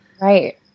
Right